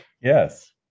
Yes